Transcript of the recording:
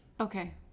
Okay